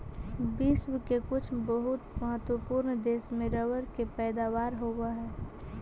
विश्व के कुछ बहुत महत्त्वपूर्ण देश में रबर के पैदावार होवऽ हइ